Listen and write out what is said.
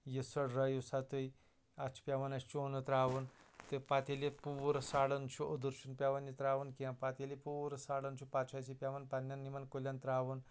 یہِ ژھٹرٲیو سا تُہۍ اَتھ چھُ پٮ۪وان اَسہِ چوٗنہٕ ترٛاوُن تہٕ پَتہٕ ییٚلہِ یہِ پوٗرٕ سَڈان چھُ اوٚدُر چھُنہٕ یہِ پَتہٕ پٮ۪وان ترٛاوُن کیٚنٛہہ پَتہٕ ییٚلہِ یہِ پوٗرٕ سَڈن چھُ پَتہٕ چھُ اَسہِ یہِ پٮ۪وان پَنٕنٮ۪ن یِمَن کُلٮ۪ن ترٛاوُن